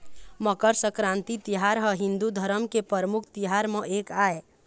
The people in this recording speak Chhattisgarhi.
मकर संकरांति तिहार ह हिंदू धरम के परमुख तिहार म एक आय